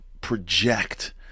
project